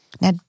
Now